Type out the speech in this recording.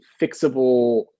fixable